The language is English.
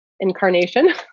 Incarnation